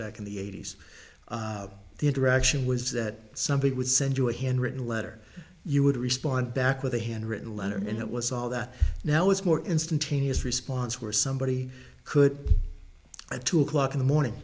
back in the eighty's the interaction was that somebody would send you a hand written letter you would respond back with a hand written letter and it was all that now is more instantaneous response where somebody could at two o'clock in the morning